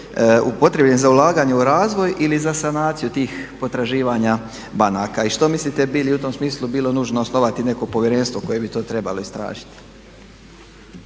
upotrijebljene za ulaganje u razvoj ili za sanaciju tih potraživanja banaka? I što mislite bi li u tom smislu bilo nužno osnovati neko povjerenstvo koje bi to trebalo istražiti?